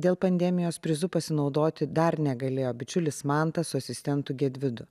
dėl pandemijos prizu pasinaudoti dar negalėjo bičiulis mantas su asistentu gedvydu